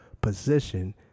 position